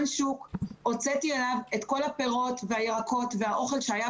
הוצאתי אליו את כל הפירות והירקות והאוכל שהיה